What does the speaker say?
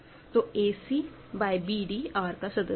तो ac by bd R का सदस्य है